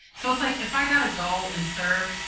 so it's like if i got to go and serve,